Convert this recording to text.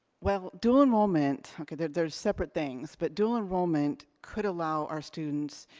well, dual enrollment, okay there's separate things, but dual enrollment could allow our students,